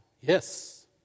Yes